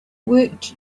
worked